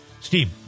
Steve